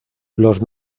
los